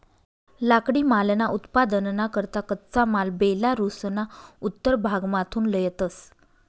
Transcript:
लाकडीमालना उत्पादनना करता कच्चा माल बेलारुसना उत्तर भागमाथून लयतंस